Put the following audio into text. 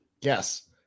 Yes